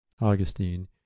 Augustine